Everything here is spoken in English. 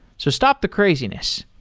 so stop the craziness,